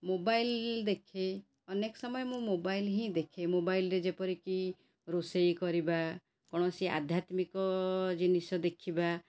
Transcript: mobile ଦେଖେ ଅନେକ ସମୟ ମୁଁ ମୋବାଇଲ୍ ହିଁ ଦେଖେ ମୋବାଇଲ୍ରେ ଯେପରିକି ରୋଷେଇ କରିବା କୌଣସି ଆଧ୍ୟାତ୍ମିକ ଜିନିଷ ଦେଖିବା